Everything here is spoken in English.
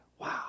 wow